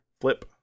Flip